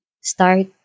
start